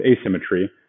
asymmetry